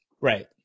Right